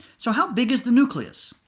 so how big is the nucleus?